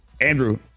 Andrew